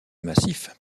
massifs